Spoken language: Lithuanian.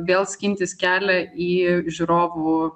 vėl skintis kelią į žiūrovų